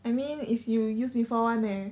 I mean if you use before [one] leh